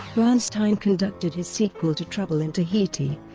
bernstein conducted his sequel to trouble in tahiti,